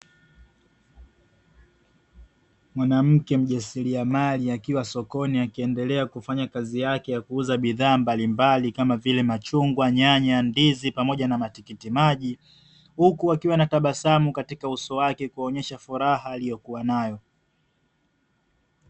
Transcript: Mwanamke mjasiriamali akiwa sokoni, akiendelea kufanya kazi yake ya kuuza bidhaa mbalimbali, kama vile: machungwa, nyanya, ndizi pamoja na matikiti maji, huku akiwa anatabasamu katika uso wake kuonyesha furaha aliyokuwa nayo.